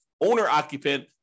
owner-occupant